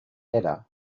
edda